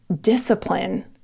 discipline